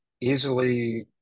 easily